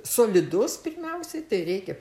solidus pirmiausiai tai reikia